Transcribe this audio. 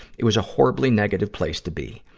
it was a horribly negative place to be.